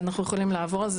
אנחנו יכולים לעבור על זה.